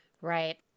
Right